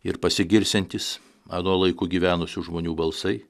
ir pasigirsiantis anuo laiku gyvenusių žmonių balsai